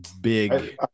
big